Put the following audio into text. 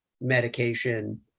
medication